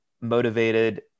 motivated